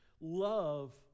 Love